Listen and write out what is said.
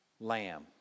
lamb